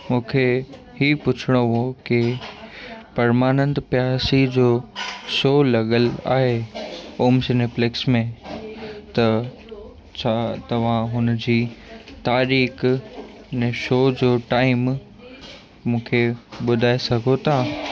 मूंखे ही पुछिणो हुओ कि परमानंद प्यासीअ जो शो लॻियल आहे ओम सिनेप्लेक्स में त छा तव्हां हुनजी तारीख़ ने शो जो टाइम मूंखे ॿुधाए सघो था